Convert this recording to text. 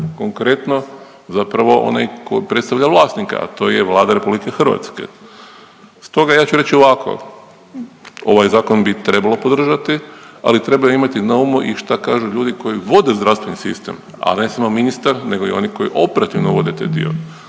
konkretno zapravo onaj ko predstavlja vlasnika, a to je Vlada RH. Stoga ja ću reći ovako, ovaj zakon bi trebalo podržati, ali treba imati na umu i šta kažu ljudi koji vode zdravstveni sistem, a ne samo ministar, nego i oni koji operativno vode taj dio,